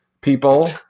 people